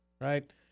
right